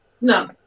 No